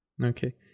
Okay